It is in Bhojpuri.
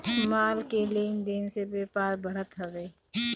माल के लेन देन से व्यापार बढ़त हवे